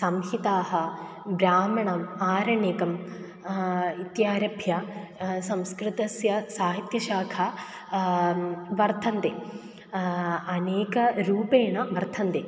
संहिता ब्राह्मणः आरण्यकम् इत्यारभ्य संस्कृतस्य साहित्यशाखाः वर्तन्ते अनेकरूपेण वर्तन्ते